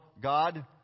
God